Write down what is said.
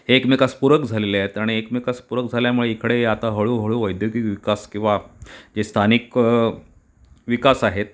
एकमेकास पूरक झालेले आहेत आणि एकमेकास पूरक झाल्यामुळे इकडे आता हळूहळू वैद्यकीय विकास किंवा जे स्थानिक विकास आहेत